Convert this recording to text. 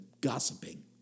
gossiping